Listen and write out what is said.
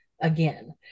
again